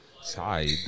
side